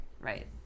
right